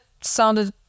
sounded